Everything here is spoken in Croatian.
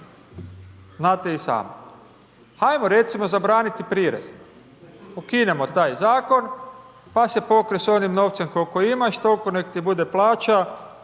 Znate i sami. Ajmo recimo zabraniti prirez. Ukinemo taj zakon, pa se pokri s onim novcem koliko imaš, toliko nek ti bude plaća,